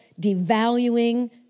devaluing